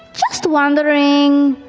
just wondering,